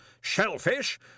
Shellfish